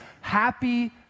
Happy